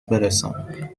برسان